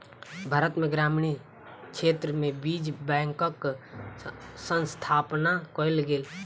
भारत में ग्रामीण क्षेत्र में बीज बैंकक स्थापना कयल गेल